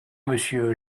monsieur